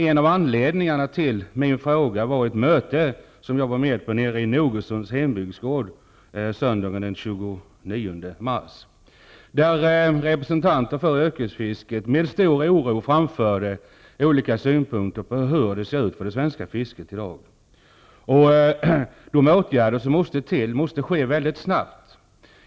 En av anledningarna till min fråga var att jag var med på ett möte i Nogersunds hembygdsgård söndagen den 29 mars. Där framförde representater från yrkesfisket med stor oro olika synpunkter på situationen för det svenska fisket i dag. De åtgärder som måste till måste sättas in väldigt snabbt.